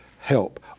help